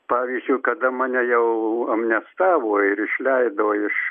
pavyzdžiui kada mane jau amnestavo ir išleido iš